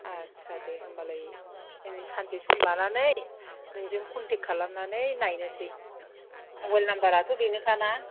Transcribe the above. आदसा दे होम्बालाय जों सानसे सम लानानै नोंजों कनटेक्त खालामनानै नायनोसै मबाइल नामबाराथ' बेनोखाना